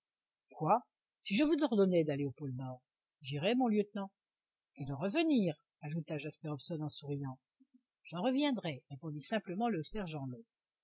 quoi si je vous ordonnais d'aller au pôle nord j'irais mon lieutenant et d'en revenir ajouta jasper hobson en souriant j'en reviendrais répondit simplement le sergent long